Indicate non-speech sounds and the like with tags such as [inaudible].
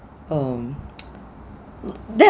um [noise] that